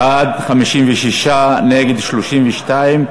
בעד, 56, נגד 32,